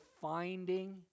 finding